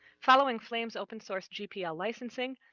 following flame's open-source gpl licensing,